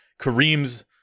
Kareem's